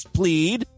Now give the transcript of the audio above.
plead